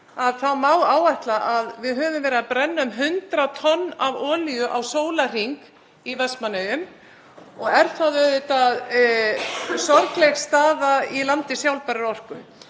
Eyjum má áætla að við höfum verið að brenna um 100 tonnum af olíu á sólarhring í Vestmannaeyjum og er það auðvitað sorgleg staða í landi sjálfbærrar orku.